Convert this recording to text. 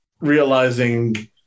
realizing